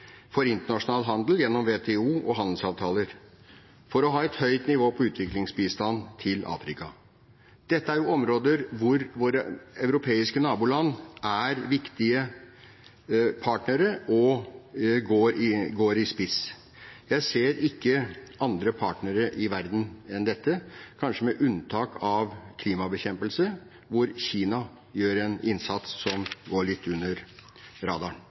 for internasjonal handel gjennom WTO og handelsavtaler og å ha et høyt nivå på utviklingsbistanden til Afrika. Dette er områder hvor våre europeiske naboland er viktige partnere og går i spissen. Jeg ser ikke andre partnere i verden enn dette, kanskje med unntak av Kina, som i bekjempelsen av klimaproblemene gjør en innsats som går litt under radaren.